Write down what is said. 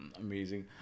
amazing